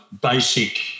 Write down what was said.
basic